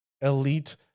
Elite